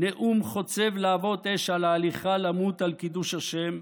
נאום חוצב להבות אש על ההליכה למות על קידוש השם,